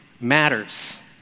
matters